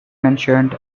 mentioned